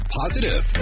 positive